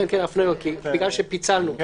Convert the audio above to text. כן, הפניות, בגלל שפיצלנו.